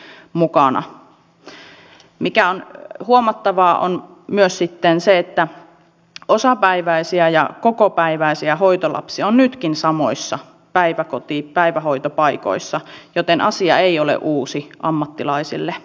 se mikä on huomattavaa on sitten myös se että osapäiväisiä ja kokopäiväisiä hoitolapsia on nytkin samoissa päivähoitopaikoissa joten asia ei ole uusi ammattilaisille